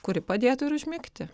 kuri padėtų ir užmigti